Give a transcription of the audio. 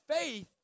faith